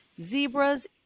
zebras